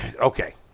okay